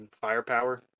firepower